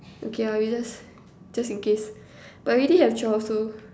okay ah we just just in case but already have twelve so